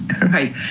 Right